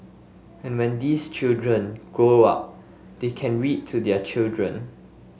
and when these children grow up they can read to their children